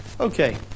Okay